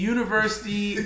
University